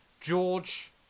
George